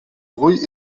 orgull